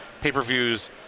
pay-per-views